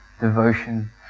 devotion